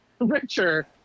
richer